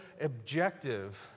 objective